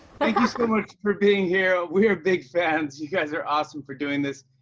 thank you so much for being here. we are big fans. you guys are awesome for doing this.